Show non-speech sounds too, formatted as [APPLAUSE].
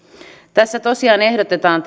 tässä lakialoitteessa tosiaan ehdotetaan [UNINTELLIGIBLE]